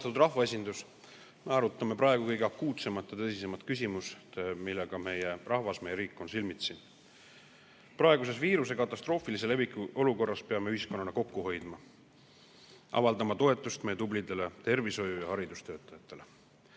palun! Austatud rahvaesindus! Me arutame praegu kõige akuutsemat ja tõsisemat küsimust, millega meie rahvas, meie riik on silmitsi. Praeguses viiruse katastroofilise leviku olukorras peame ühiskonnana kokku hoidma ning avaldama toetust meie tublidele tervishoiu‑ ja haridustöötajatele.